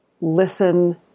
listen